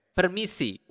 Permisi